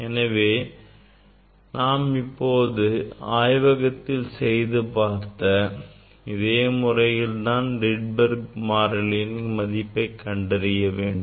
எனவே நாம் இப்போது ஆய்வகத்தில் செய்து பார்த்த இதே முறையில்தான் Rydberg மாறியின் மதிப்பை கண்டறிய வேண்டும்